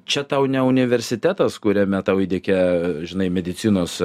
čia tau ne universitetas kuriame tau įteikia žinai medicinos